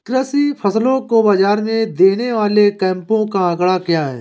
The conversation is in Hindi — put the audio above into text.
कृषि फसलों को बाज़ार में देने वाले कैंपों का आंकड़ा क्या है?